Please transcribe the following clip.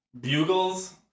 bugles